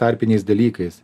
tarpiniais dalykais